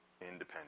independent